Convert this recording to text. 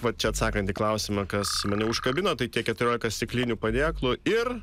va čia atsakant į klausimą kas mane užkabino tai tie keturiolika stiklinių padėklų ir